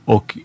Och